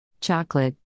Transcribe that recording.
Chocolate